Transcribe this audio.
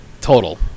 Total